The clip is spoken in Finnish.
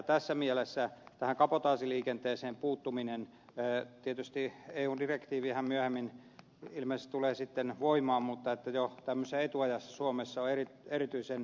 tässä mielessä tähän kabotaasiliikenteeseen puuttuminen jo tämmöisessä etuajassa vaikka eun direktiivihän myöhemmin ilmeisesti tulee sitten voimaan on suomessa erityisen tärkeää